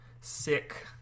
sick